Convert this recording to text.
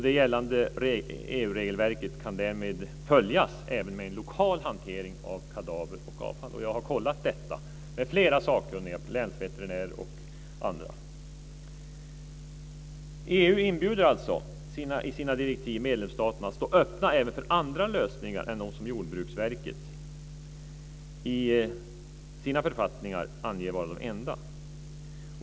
Det gällande EU-regelverket kan därmed följas även med lokal hantering av kadaver och avfall. Jag har kollat detta med flera sakkunniga, länsveterinärer och andra. EU inbjuder alltså i sina direktiv medlemsstaterna att stå öppna även för andra lösningar än dem som Jordbruksverket i sina författningar anger vara de enda.